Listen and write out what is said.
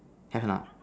have or not